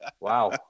Wow